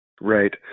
Right